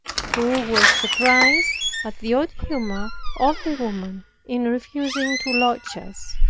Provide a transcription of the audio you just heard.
who were surprised at the odd humor of the woman in refusing to lodge us.